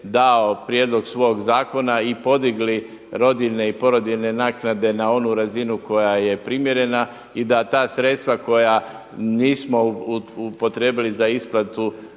dao prijedlog svog zakona i podigli rodiljne i porodiljne naknade na onu razinu koja je primjerena i da ta sredstva koja nismo upotrijebili za isplatu